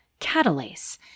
catalase